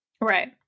Right